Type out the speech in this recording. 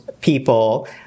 people